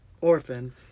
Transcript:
orphan